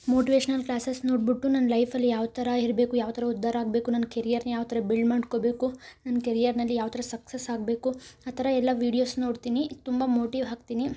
motivational classes ನೋಡ್ಬಿಟ್ಟು ನಾನು ಲೈಫಲ್ಲಿ ಯಾವ ಥರ ಇರ್ಬೇಕು ಯಾವ ಥರ ಉದ್ಧಾರ ಆಗಬೇಕು ನನ್ನ ಕೆರಿಯರನ್ನ ಯಾವ ಥರ ಬಿಲ್ಡ್ ಮಾಡ್ಕೋಬೇಕು ನನ್ನ ಕೆರಿಯರ್ನಲ್ಲಿ ಯಾವ ಥರ ಸಕ್ಸಸ್ ಆಗಬೇಕು ಆ ಥರ ಎಲ್ಲ ವಿಡಿಯೋಸ್ ನೋಡ್ತೀನಿ ತುಂಬ ಮೋಟಿವ್ ಆಗ್ತೀನಿ